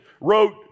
wrote